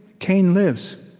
cain lives.